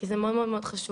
זה מאוד חשוב.